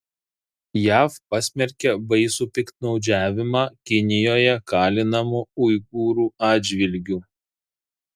jav pasmerkė baisų piktnaudžiavimą kinijoje kalinamų uigūrų atžvilgiu